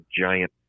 giant